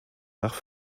nach